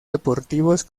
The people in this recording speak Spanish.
deportivos